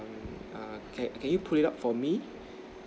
err can can you pull it out for me